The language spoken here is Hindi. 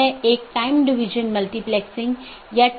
एक और बात यह है कि यह एक टाइपो है मतलब यहाँ यह अधिसूचना होनी चाहिए